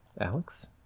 Alex